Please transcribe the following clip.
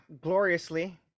gloriously